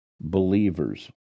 believers